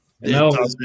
no